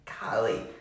golly